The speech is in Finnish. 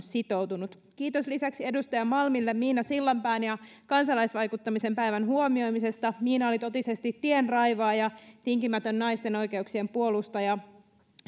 sitoutunut kiitos lisäksi edustaja malmille miina sillanpään ja kansalaisvaikuttamisen päivän huomioimisesta miina oli totisesti tienraivaaja tinkimätön naisten oikeuksien puolustaja